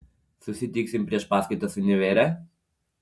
susitiksim prieš paskaitas univere